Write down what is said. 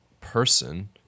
person